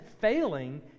failing